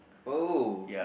oh